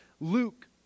Luke